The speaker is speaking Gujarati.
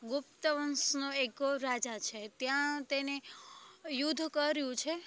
ગુપ્તવંશનો એક રાજા છે ત્યાં તેને યુદ્ધ કર્યું છે